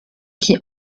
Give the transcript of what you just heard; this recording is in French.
qui